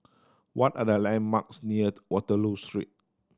what are the landmarks near Waterloo Street